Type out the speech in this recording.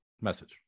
message